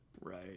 Right